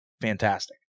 fantastic